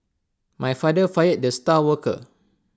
my father fired the star worker